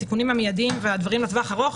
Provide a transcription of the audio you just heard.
התיקונים המיידיים והדברים לטווח הארוך,